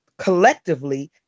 collectively